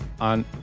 on